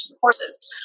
courses